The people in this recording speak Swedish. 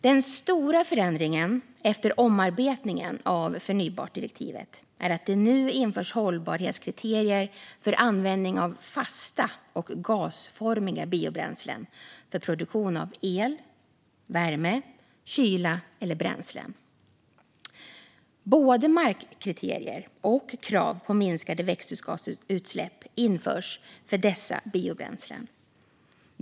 Den stora förändringen efter omarbetningen av förnybartdirektivet är att det nu införs hållbarhetskriterier för användning av fasta och gasformiga biobränslen för produktion av el, värme, kyla eller bränslen. Både markkriterier och krav på minskade växthusgasutsläpp införs för dessa biobränslen.